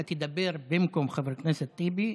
אתה תדבר במקום חבר הכנסת טיבי,